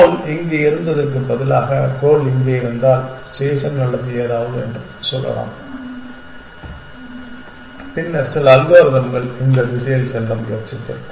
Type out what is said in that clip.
கோல் இங்கே இருந்ததற்கு பதிலாக கோல் இங்கே இருந்தால் ஸ்டேஷன் அல்லது ஏதாவது சொல்லலாம் பின்னர் சில அல்காரிதம்கள் இந்த திசையில் செல்ல முயற்சித்திருக்கும்